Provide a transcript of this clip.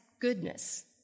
goodness